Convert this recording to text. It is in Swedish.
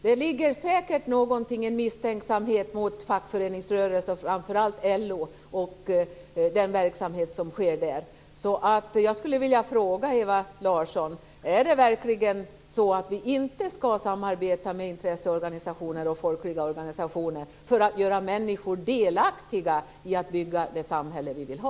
Det handlar säkert om en misstänksamhet mot fackföreningsrörelsen, framför allt LO, och den verksamhet som bedrivs där. Jag skulle vilja fråga Ewa Larsson: Är det verkligen så att vi inte skall samarbeta med intresseorganisationer och folkliga organisationer för att göra människor delaktiga i att bygga det samhälle vi vill ha?